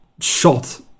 shot